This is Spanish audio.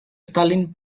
stalin